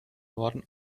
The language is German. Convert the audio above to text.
norden